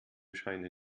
scheine